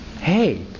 Hey